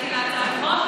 אני לא התנגדתי להצעת החוק,